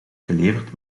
geleverd